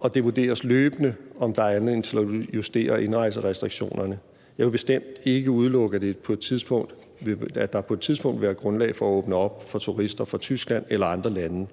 og det vurderes løbende, om der er anledning til at justere indrejserestriktionerne. Jeg vil bestemt ikke udelukke, at der på et tidspunkt vil være grundlag for at åbne op for turister fra Tyskland eller andre lande.